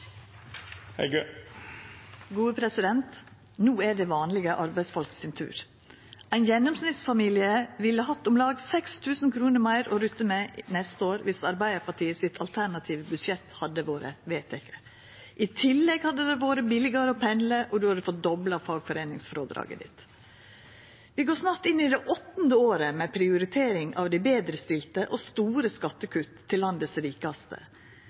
No er det vanlege arbeidsfolk sin tur. Ein gjennomsnittsfamilie ville hatt om lag 6 000 kr meir å rutta med neste år dersom Arbeidarpartiets alternative budsjett hadde vorte vedteke. I tillegg hadde det vore billigare å pendla, og ein hadde fått dobla fagforeiningsfrådraget sitt. Vi går snart inn i det åttande året med prioritering av dei betrestilte og store skattekutt til dei rikaste